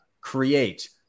create